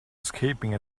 escaping